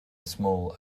small